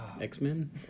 x-men